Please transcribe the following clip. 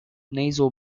nasal